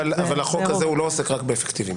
אבל החוק הזה לא עוסק רק באפקטיביים.